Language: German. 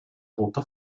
roter